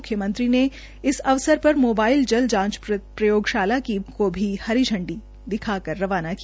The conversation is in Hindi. म्ख्यमंत्री ने इस अवसर पर मोबाइल जल जांच प्रयोगशाला को भी हरी झंडी दिखा कर रवाना की